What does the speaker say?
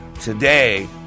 Today